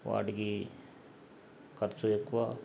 వాటికి ఖర్చు ఎక్కువ